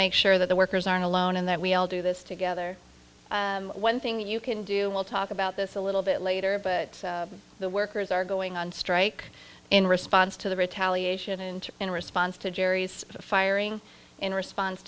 make sure that the workers aren't alone and that we all do this together one thing you can do we'll talk about this a little bit later but the workers are going on strike in response to the retaliation and in response to jerry's firing in response